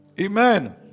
Amen